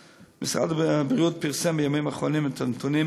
המשרד: משרד הבריאות פרסם בימים האחרונים את הנתונים